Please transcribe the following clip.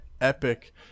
epic